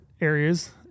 areas